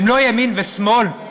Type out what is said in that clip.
הם לא ימין ושמאל?